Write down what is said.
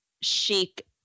chic